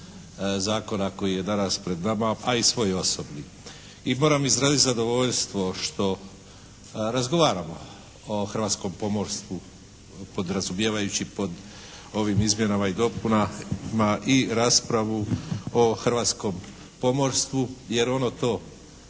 zakona koji je danas pred nama, a i svoj osobni. I moram izraziti zadovoljstvo što razgovaramo o hrvatskom pomorstvu podrazumijevajući pod ovim izmjenama i dopunama i raspravu o hrvatskom pomorstvu jer ono to